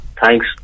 Thanks